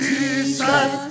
Jesus